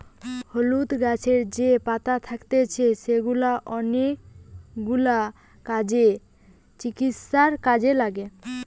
হলুদ গাছের যে পাতা থাকতিছে সেগুলা অনেকগিলা কাজে, চিকিৎসায় কাজে লাগে